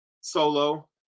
solo